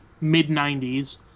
mid-90s